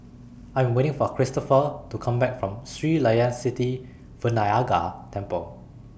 I Am waiting For Christopher to Come Back from Sri Layan Sithi Vinayagar Temple